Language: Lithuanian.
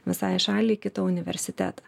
visai šalį kitą universitetą